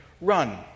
Run